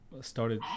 started